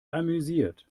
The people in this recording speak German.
amüsiert